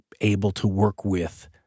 able-to-work-with